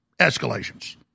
Escalations